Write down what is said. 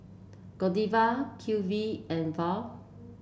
Godiva Q V and Viu